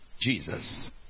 Jesus